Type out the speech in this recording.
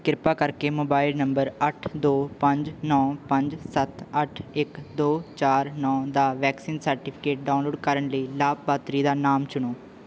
ਕਿਰਪਾ ਕਰਕੇ mobile number ਅੱਠ ਦੋ ਪੰਜ ਨੌ ਪੰਜ ਸੱਤ ਅੱਠ ਇੱਕ ਦੋ ਚਾਰ ਨੌ ਦਾ ਵੈਕਸੀਨ ਸਰਟੀਫਿਕੇਟ ਡਾਊਨਲੋਡ ਕਰਨ ਲਈ ਲਾਭਪਾਤਰੀ ਦਾ ਨਾਮ ਚੁਣੋ